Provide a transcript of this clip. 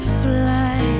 fly